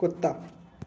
कुत्ता